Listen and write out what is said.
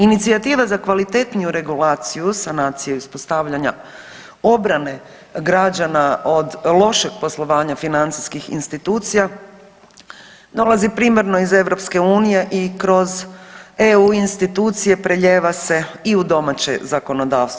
Inicijativa za kvalitetniju regulaciju, sanaciju i uspostavljanja obrane građana od lošeg poslovanja financijskih institucija dolazi primarno iz EU i kroz EU institucije prelijeva se i u domaće zakonodavstvo.